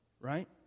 right